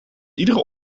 iedere